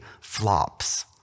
flops